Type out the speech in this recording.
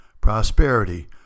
prosperity